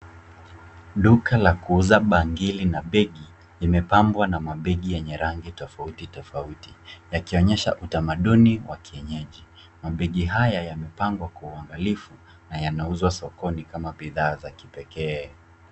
Duka la kuuza bangili na begi, imepambwa na mabegi yenye rangi tofauti tofauti yakionyesha utamanduni wa kienyeji. Mabegi haya yamepangwa kwa uangalifu na yanauzwa sokoni kama bidhaa za kipekee.